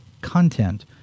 content